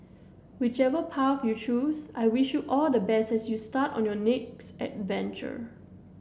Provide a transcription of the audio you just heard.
whichever path you choose I wish you all the best as you start on your next adventure